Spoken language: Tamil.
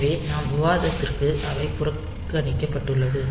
எனவே நம்ம விவாதத்திற்கு அவை புறக்கணிக்கப்பட்டுள்ளது